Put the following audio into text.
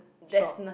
shop